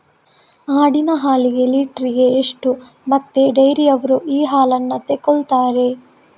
ಆಡಿನ ಹಾಲಿಗೆ ಲೀಟ್ರಿಗೆ ಎಷ್ಟು ಮತ್ತೆ ಡೈರಿಯವ್ರರು ಈ ಹಾಲನ್ನ ತೆಕೊಳ್ತಾರೆ?